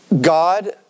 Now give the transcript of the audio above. God